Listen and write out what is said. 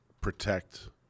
protect